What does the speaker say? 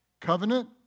Covenant